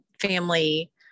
family